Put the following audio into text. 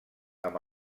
amb